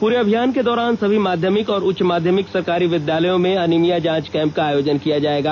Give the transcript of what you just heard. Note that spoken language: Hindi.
पूरे अभियान के दौरान सभी माध्यमिक और उच्च माध्यमिक सरकारी विद्यालयों में अनीभिया जांच कैंप का आयोजन किया जाएगा